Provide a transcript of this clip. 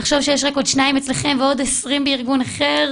לחשוב שיש רק עוד שניים אצלכם ועוד 20 בארגון אחר,